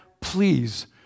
please